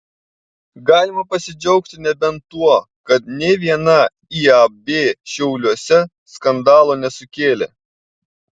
galima pasidžiaugti nebent tuo kad nė viena iab šiauliuose skandalo nesukėlė